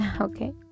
Okay